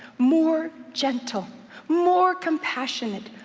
more gentle, more compassionate,